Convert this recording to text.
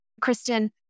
Kristen